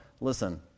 listen